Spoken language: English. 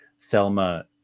Thelma